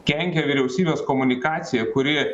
kenkia vyriausybės komunikacija kuri